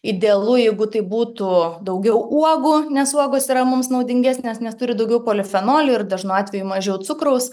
idealu jeigu tai būtų daugiau uogų nes uogos yra mums naudingesnės nes turi daugiau polifenolių ir dažnu atveju mažiau cukraus